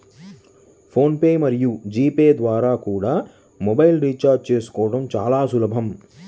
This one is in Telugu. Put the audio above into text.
ఫోన్ పే మరియు జీ పే ద్వారా కూడా మొబైల్ రీఛార్జి చేసుకోవడం చాలా సులభం